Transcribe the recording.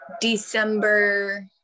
December